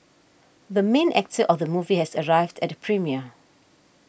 the main actor of the movie has arrived at the premiere